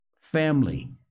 Family